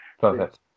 Perfect